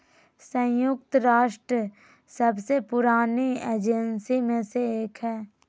संयुक्त राष्ट्र सबसे पुरानी एजेंसी में से एक हइ